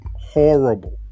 Horrible